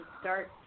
start